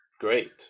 great